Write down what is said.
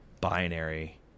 binary